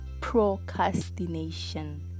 procrastination